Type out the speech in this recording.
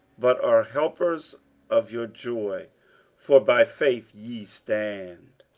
but are helpers of your joy for by faith ye stand.